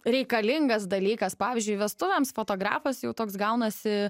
reikalingas dalykas pavyzdžiui vestuvėms fotografas jau toks gaunasi